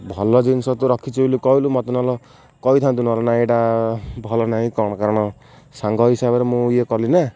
ଭଲ ଜିନିଷ ତୁ ରଖିଛି ବୋଲି କହିଲୁ ମୋତେ ନହେଲେ କହିଥାନ୍ତୁ ନହେଲେ ନାଇଁ ଏଇଟା ଭଲ ନାହିଁ କ'ଣ କାରଣ ସାଙ୍ଗ ହିସାବରେ ମୁଁ ଇଏ କଲି ନା